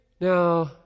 now